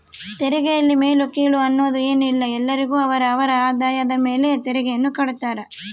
ತೆರಿಗೆಯಲ್ಲಿ ಮೇಲು ಕೀಳು ಅನ್ನೋದ್ ಏನಿಲ್ಲ ಎಲ್ಲರಿಗು ಅವರ ಅವರ ಆದಾಯದ ಮೇಲೆ ತೆರಿಗೆಯನ್ನ ಕಡ್ತಾರ